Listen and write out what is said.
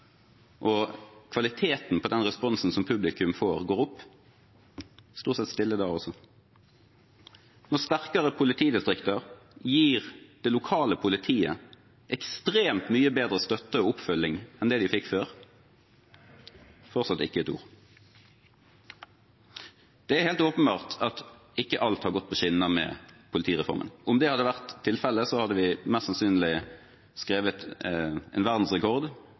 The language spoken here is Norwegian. og kvaliteten på den responsen som publikum får, går opp? Det er stort sett stille da også. Når sterkere politidistrikter gir det lokale politiet ekstremt mye bedre støtte og oppfølging enn det de fikk før, er det fortsatt ikke et ord. Det er helt åpenbart at ikke alt har gått på skinner med politireformen. Om det hadde vært tilfellet, hadde vi mest sannsynlig satt en verdensrekord,